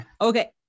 okay